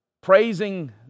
praising